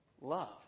love